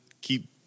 keep